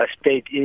state